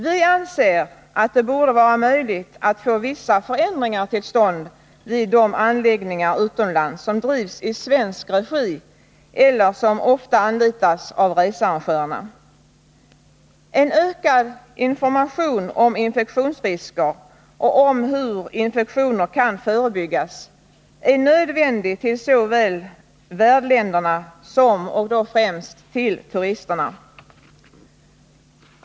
Vi anser att det borde vara möjligt att få vissa förändringar till stånd vid de anläggningar utomlands som drivs i svensk regi eller som ofta anlitas av researrangörerna. En ökad information om infektionsrisker och om hur infektioner kan förebyggas är nödvändig såväl till värdländerna som — och främst — till turisterna.